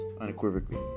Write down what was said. unequivocally